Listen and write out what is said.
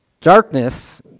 darkness